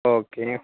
okay